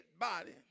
body